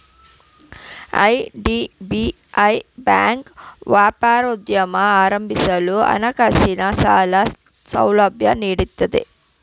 IDBI bank ವ್ಯಾಪಾರೋದ್ಯಮ ಪ್ರಾರಂಭಿಸಲು ಹಣಕಾಸಿನ ಸಾಲ ಸೌಲಭ್ಯ ನೀಡುತ್ತಿದೆ